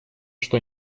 что